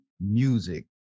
music